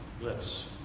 lips